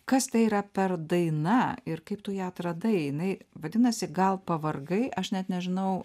kas tai yra per daina ir kaip tu ją atradai jinai vadinasi gal pavargai aš net nežinau